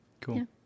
Cool